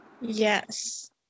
Yes